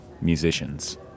musicians